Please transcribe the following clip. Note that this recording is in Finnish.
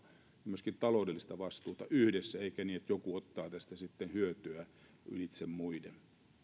myöskin taloudellista vastuuta eikä niin että joku ottaa tästä sitten hyötyä ylitse muiden